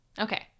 Okay